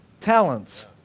talents